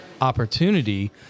opportunity